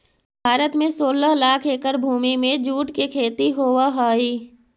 भारत में सोलह लाख एकड़ भूमि में जूट के खेती होवऽ हइ